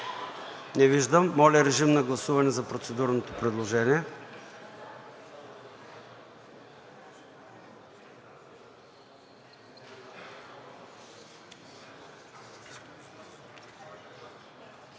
Не виждам. Моля, режим на гласуване за процедурното предложение.